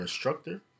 Instructor